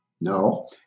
No